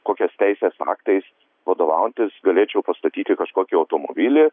kokias teisės aktais vadovautis galėčiau pastatyti kažkokį automobilį